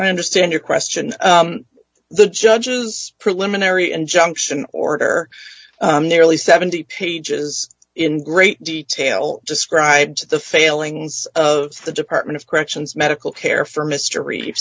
i understand your question the judge's preliminary injunction order they really seventy pages in great detail describes the failings of the department of corrections medical care for m